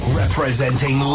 representing